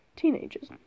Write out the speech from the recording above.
teenagers